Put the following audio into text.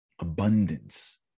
Abundance